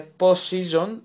postseason